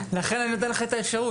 לכן אני נותן לך את האפשרות.